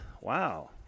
Wow